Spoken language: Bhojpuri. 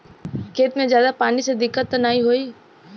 खेत में ज्यादा पानी से दिक्कत त नाही होई?